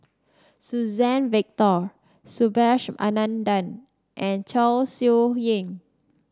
Suzann Victor Subhas Anandan and Chong Siew Ying